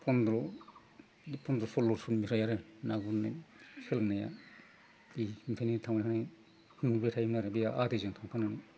फन्द्र' फन्द्र' सल्ल' सननिफ्राय आरो ना गुरनाय सोलोंनाया बिनिफ्रायनो थांबाय थानानै हमैबाय थायोमोन आरो बे आदैजों थांफानानै